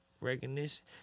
Recognition